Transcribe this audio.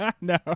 No